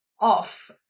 off